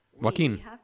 Joaquin